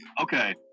Okay